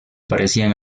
parecían